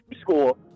school